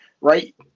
right